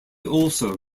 also